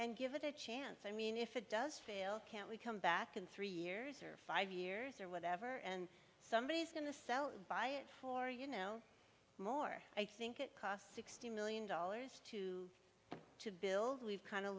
and give it a chance i mean if it does fail can't we come back in three years or five years or whatever and somebody is going to sell buy it for you no more i think it cost sixty million dollars to to build we've kind of